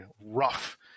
rough